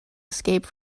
escape